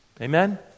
Amen